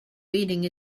reading